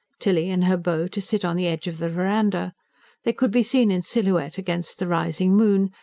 tilly and her beau to sit on the edge of the verandah they could be seen in silhouette against the rising moon,